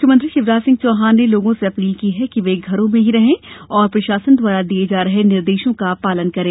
मुख्यमंत्री शिवराज सिंह चौहान ने लोगों से अपील की है कि वे घरों में ही रहें और प्रशासन द्वारा दिये जा रहे निर्देशों का पालन करें